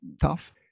tough